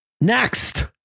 next